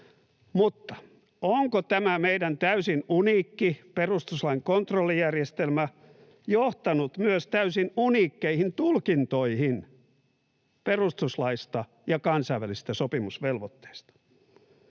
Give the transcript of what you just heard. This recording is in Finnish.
mutta onko tämä meidän täysin uniikki perustuslain kontrollijärjestelmä johtanut myös täysin uniikkeihin tulkintoihin perustuslaista ja kansainvälisistä sopimusvelvoitteista?